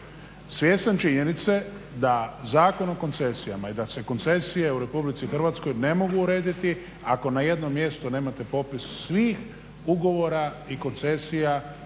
Svjestan činjenice da Zakon o koncesijama i da se koncesije u Republici Hrvatskoj ne mogu urediti ako na jednom mjestu nemate popis svih ugovora i koncesija koje